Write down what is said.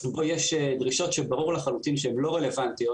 בו יש דרישות שברור לחלוטין שהן לא רלוונטיות